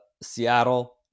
Seattle